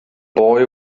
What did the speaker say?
boy